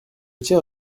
tiens